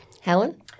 Helen